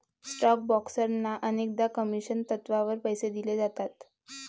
stock ब्रोकर्सना अनेकदा commission तत्त्वावर पैसे दिले जातात